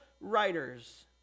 writers